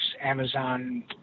Amazon